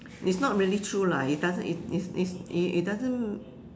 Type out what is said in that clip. it's not really true lah it doesn't it's it's it doesn't